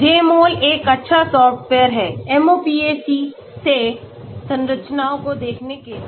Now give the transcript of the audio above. तो Jmol एक अच्छा सॉफ्टवेयर है MOPAC से संरचनाओं को देखने के लिए